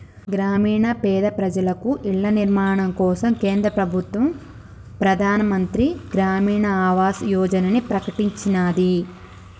గ్రామీణ పేద ప్రజలకు ఇళ్ల నిర్మాణం కోసం కేంద్ర ప్రభుత్వం ప్రధాన్ మంత్రి గ్రామీన్ ఆవాస్ యోజనని ప్రకటించినాది